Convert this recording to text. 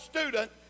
student